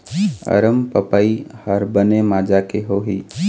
अरमपपई हर बने माजा के होही?